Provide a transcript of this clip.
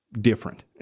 different